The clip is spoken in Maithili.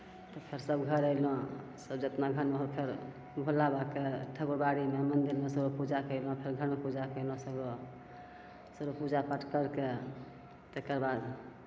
तब फेर सभ घर अएलहुँ सभ जतना घरमे हो फेर भोलाबाबाके ठकुरबड़ीमे मन्दिरमे सगरो पूजा कएलहुँ फेर घरमे पूजा कएलहुँ सगरो सगरो पूजा पाठ करिके तकर बाद